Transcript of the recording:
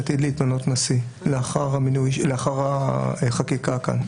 עתיד להתמנות נשיא לאחר החקיקה כאן.